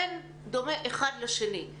אין דומה אחד לשני.